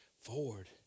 forward